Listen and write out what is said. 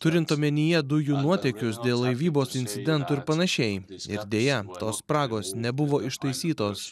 turint omenyje dujų nuotėkius dėl laivybos incidentų ir pan ir deja tos spragos nebuvo ištaisytos